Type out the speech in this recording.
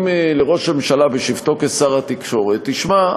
לראש הממשלה בשבתו כשר התקשורת: תשמע,